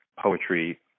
poetry